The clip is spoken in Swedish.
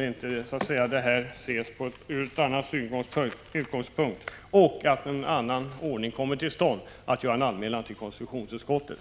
inte detta ses från en annan utgångspunkt och en annan ordning kommer till stånd, kommer även jag att göra en anmälan till konstitutionsutskottet.